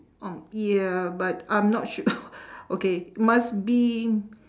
oh yeah but I'm not su~ okay must be